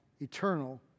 eternal